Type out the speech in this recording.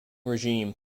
regime